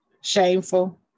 Shameful